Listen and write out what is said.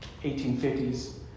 1850s